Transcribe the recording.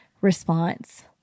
response